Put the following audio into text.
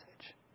message